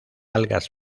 algas